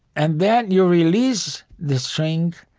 and then you release the string,